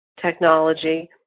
technology